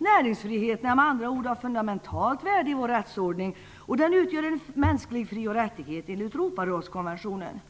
Näringsfriheten är med andra ord av fundamentalt värde i vår rättsordning, och den utgör en mänsklig fri och rättighet enligt Europarådskonventionen.